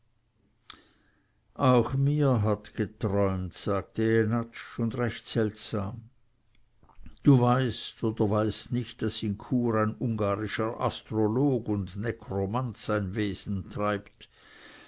auch mir hat geträumt sagte jenatsch und recht seltsam du weißt oder weißt nicht daß in chur ein ungarischer astrolog und nekromant sein wesen treibt